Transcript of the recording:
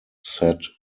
set